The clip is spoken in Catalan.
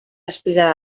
espiga